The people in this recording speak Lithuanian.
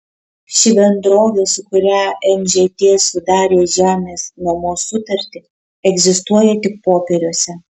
ši bendrovė su kuria nžt sudarė žemės nuomos sutartį egzistuoja tik popieriuose